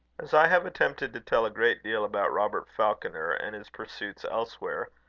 as i have attempted to tell a great deal about robert falconer and his pursuits elsewhere,